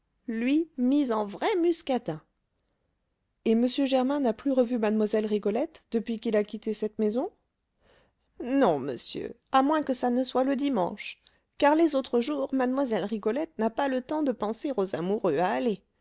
lui mis en vrai muscadin et m germain n'a plus revu mlle rigolette depuis qu'il a quitté cette maison non monsieur à moins que ça ne soit le dimanche car les autres jours mlle rigolette n'a pas le temps de penser aux amoureux allez